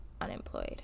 unemployed